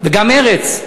וגם מרצ.